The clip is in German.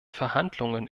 verhandlungen